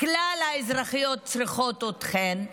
כלל האזרחיות, צריכות אתכם?